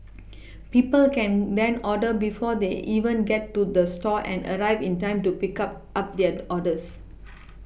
people can then order before they even get to the store and arrive in time to pick up up their orders